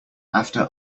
after